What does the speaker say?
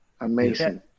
Amazing